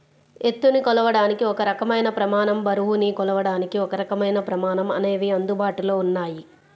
ఎత్తుని కొలవడానికి ఒక రకమైన ప్రమాణం, బరువుని కొలవడానికి ఒకరకమైన ప్రమాణం అనేవి అందుబాటులో ఉన్నాయి